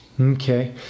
Okay